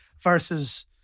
versus